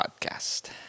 Podcast